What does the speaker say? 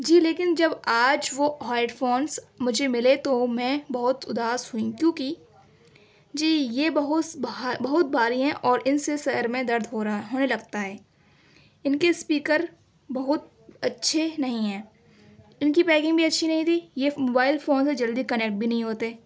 جی لیکن جب آج وہ ہیڈ فونس مجھے ملے تو میں بہت اداس ہوئی کیونکہ جی یہ بہت بھا بہت بھاری ہیں اور ان سے سر میں درد ہو رہا ہے ہونے لگتا ہے ان کے اسپیکر بہت اچھے نہیں ہیں ان کی پیکنگ بھی اچھی نہیں تھی یہ موبائل فون سے جلدی کنیکٹ بھی نہیں ہوتے